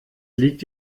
liegt